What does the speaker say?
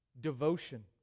devotion